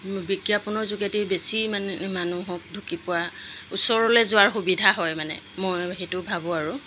বিজ্ঞাপনৰ যোগেদি বেছি মানে মানুহক ঢুকি পোৱা ওচৰলৈ যোৱাৰ সুবিধা হয় মানে মই সেইটো ভাবোঁ আৰু